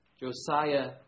Josiah